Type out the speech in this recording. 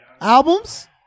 Albums